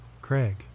Craig